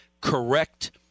correct